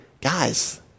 guys